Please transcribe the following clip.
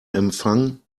empfang